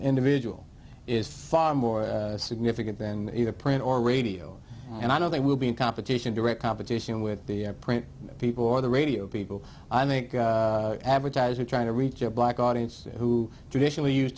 individual is far more significant than either print or radio and i don't think will be in competition direct competition with the print people or the radio people i think advertiser trying to reach a black audience who traditionally use